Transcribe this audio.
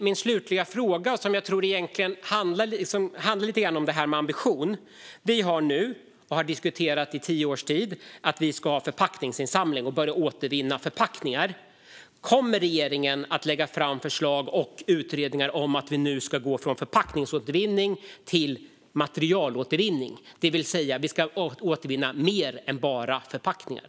Min slutliga fråga handlar om ambition. Vi har i tio års tid diskuterat förpackningsinsamlingen och att börja återvinna förpackningar. Kommer regeringen att lägga fram förslag och utredningar om att gå från förpackningsåtervinning till materialåtervinning, det vill säga att vi ska återvinna mer än bara förpackningar?